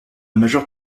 majeure